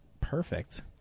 perfect